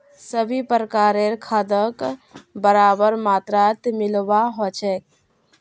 सभी प्रकारेर खादक बराबर मात्रात मिलव्वा ह छेक